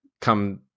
come